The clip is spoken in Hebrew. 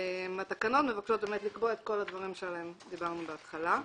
התקנות מבקשות לקבוע את כל הדברים שעליהם דיברנו בהתחלה.